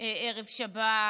ערב שבת,